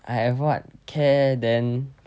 I have what care then